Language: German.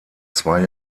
zwei